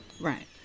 Right